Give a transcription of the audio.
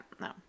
no